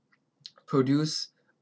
produce